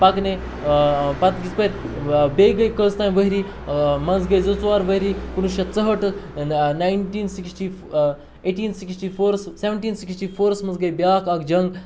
پَکنہِ پَتہٕ یِژ پھِر بیٚیہِ گٔے کٔژ تانۍ ؤری منٛزٕ گٔے زٕ ژور ؤری کُنوُہ شیٚتھ ژُہٲٹہٕ nineteen sixty eighteen sixty fours seventeen sixty fours منٛز گٔے بیٛاکھ اَکھ جنٛگ